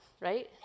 right